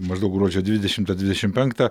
maždaug gruodžio dvidešimtą dvidešim penktą